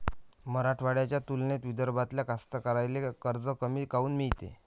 मराठवाड्याच्या तुलनेत विदर्भातल्या कास्तकाराइले कर्ज कमी काऊन मिळते?